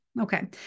Okay